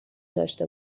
داشته